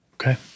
Okay